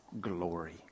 glory